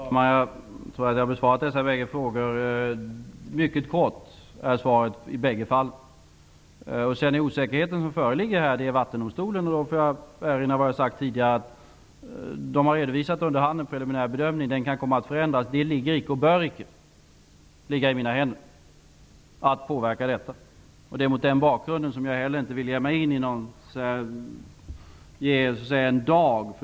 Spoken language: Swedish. Fru talman! Jag tror att jag har besvarat dessa båda frågor. Mycket kort, det är svaret i båda fallen. Den osäkerhet som föreligger gäller Vattendomstolen. Jag får erinra om det jag har sagt tidigare. Vattendomstolen har under hand redovisat en preliminär bedömning. Den kan komma att förändras. Det ligger icke, och bör icke ligga i mina händer att påverka detta. Det är mot den bakgrunden som jag heller inte vill ge mig in på att ange en dag.